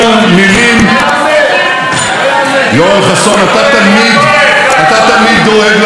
יואל חסון, אתה תמיד דואג למורשת שלי.